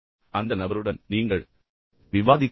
அந்த நபருடன் நீங்கள் விவாதிக்க முடியுமா